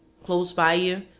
close by you,